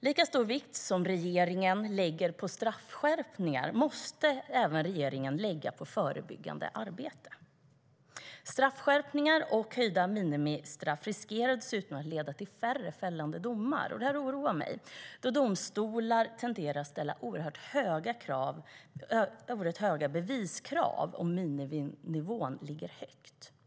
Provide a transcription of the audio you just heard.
Lika stor vikt som regeringen lägger på straffskärpningar måste den även lägga på förebyggande arbete. Straffskärpningar och höjda minimistraff riskerar dessutom att leda till färre fällande domar, då domstolar tenderar att ställa oerhört höga beviskrav om miniminivån ligger högt. Detta oroar mig.